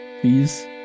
Please